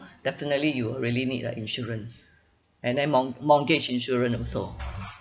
definitely you will really need a insurance and then mort~ mortgage insurance also